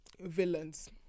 villains